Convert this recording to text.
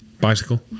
bicycle